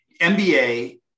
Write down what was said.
MBA